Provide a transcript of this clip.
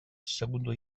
segundo